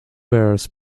bears